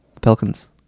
Pelicans